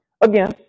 Again